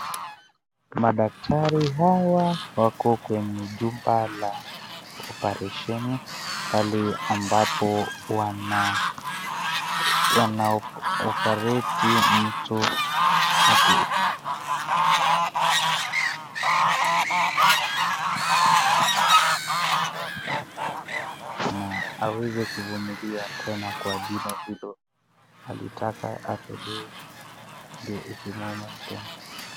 Madaktari hawa qako kwenye jumba la oparesheni, pale ambapo wanaopareti mtu huyu na aweze kuvumilia tena kwa jino hilo, alitaka litolewe ndio lisimuume tena.